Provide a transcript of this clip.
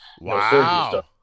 Wow